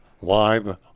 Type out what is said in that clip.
live